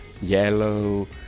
yellow